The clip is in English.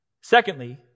Secondly